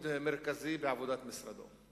ייעוד מרכזי בעבודת משרדו.